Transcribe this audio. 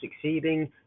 succeeding